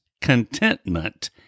contentment